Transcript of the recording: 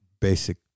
basic